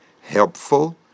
helpful